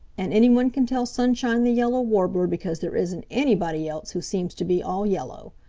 and any one can tell sunshine the yellow warbler because there isn't anybody else who seems to be all yellow.